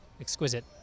exquisite